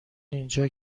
اینجا